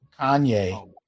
Kanye